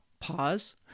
pause